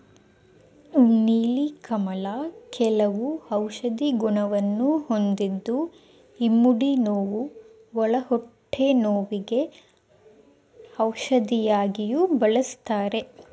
ನೀಲಿ ಕಮಲ ಕೆಲವು ಔಷಧಿ ಗುಣವನ್ನು ಹೊಂದಿದ್ದು ಇಮ್ಮಡಿ ನೋವು, ಒಳ ಹೊಟ್ಟೆ ನೋವಿಗೆ ಔಷಧಿಯಾಗಿಯೂ ಬಳ್ಸತ್ತರೆ